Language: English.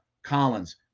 Collins